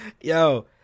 yo